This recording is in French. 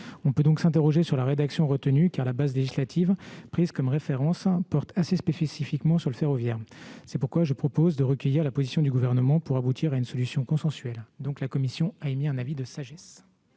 On peut donc s'interroger sur la rédaction retenue, car la base législative prise comme référence porte assez spécifiquement sur le secteur ferroviaire. C'est pourquoi je propose de recueillir la position du Gouvernement pour aboutir à une solution consensuelle. La commission s'en remet à la sagesse